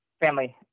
family